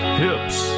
hips